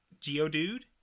Geodude